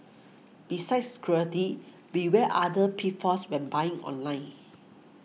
besides security beware other pitfalls when buying online